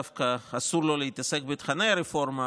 דווקא אסור לו להתעסק בתוכני הרפורמה,